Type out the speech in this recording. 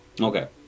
okay